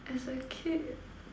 as a kid